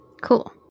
Cool